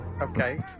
Okay